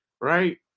right